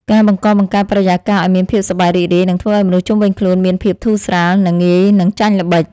ការបង្កបង្កើតបរិយាកាសឱ្យមានភាពសប្បាយរីករាយនឹងធ្វើឱ្យមនុស្សជុំវិញខ្លួនមានភាពធូរស្រាល និង ងាយនឹងចាញ់ល្បិច។